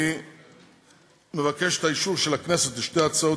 אני מבקש את אישור הכנסת לשתי הצעות